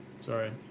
Sorry